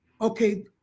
okay